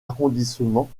arrondissements